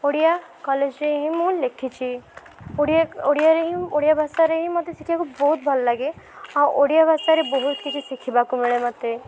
ଓଡ଼ିଆ କଲେଜରେ ହିଁ ମୁଁ ଲେଖିଛି ଓଡ଼ିଆ ଓଡ଼ିଆରେ ହିଁ ମୁଁ ଓଡ଼ିଆ ଭାଷାରେ ହିଁ ମୋତେ ଶିଖିବାକୁ ବହୁତ ଭଲ ଲାଗେ ଆଉ ଓଡ଼ିଆ ଭାଷାରେବହୁତ କିଛି ଶିଖିବାକୁ ମିଳେ ମୋତେ